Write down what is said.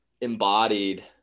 embodied